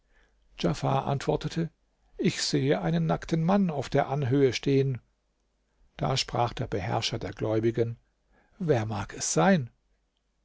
antwortet ich sehe einen nackten mann auf der anhöhe stehen da sprach der beherrscher der gläubigen wer mag es sein